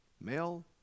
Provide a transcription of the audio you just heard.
Male